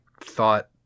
thought